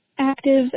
active